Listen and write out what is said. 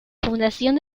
fundación